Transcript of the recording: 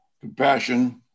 compassion